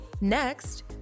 Next